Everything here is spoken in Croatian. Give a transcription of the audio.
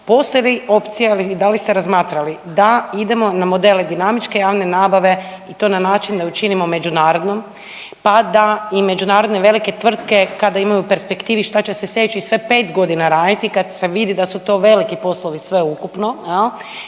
Postoji li opcija ili da li ste razmatrali da idemo na modele dinamičke javne nabave i to na način da je učinimo međunarodnom pa da i međunarodne velike tvrtke kada imaju u perspektivi šta će se sve sljedećih pet godina raditi kad se vidi da su to veliki poslovi sveukupno,